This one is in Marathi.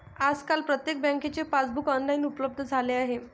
आजकाल प्रत्येक बँकेचे पासबुक ऑनलाइन उपलब्ध झाले आहे